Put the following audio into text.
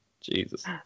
Jesus